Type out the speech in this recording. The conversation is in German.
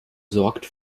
sorgt